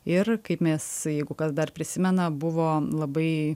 ir kaip mės jeigu kas dar prisimena buvo labai